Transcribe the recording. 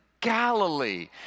Galilee